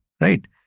Right